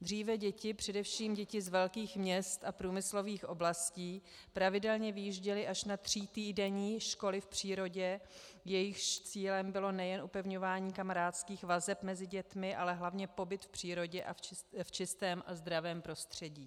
Dříve děti, především děti z velkých měst a průmyslových oblastí, pravidelně vyjížděly až na třítýdenní školy v přírodě, jejichž cílem bylo nejen upevňování kamarádských vazeb mezi dětmi, ale hlavně pobyt v přírodě a v čistém a zdravém prostředí.